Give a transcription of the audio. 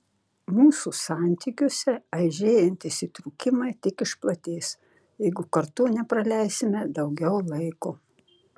mūsų santykiuose aižėjantys įtrūkimai tik išplatės jeigu kartu nepraleisime daugiau laiko